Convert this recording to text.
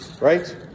right